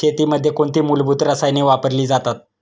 शेतीमध्ये कोणती मूलभूत रसायने वापरली जातात?